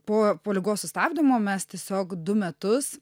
po po ligos sustabdymo mes tiesiog du metus